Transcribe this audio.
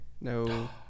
No